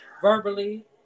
verbally